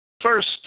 first